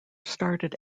started